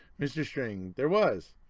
mr. strang there was.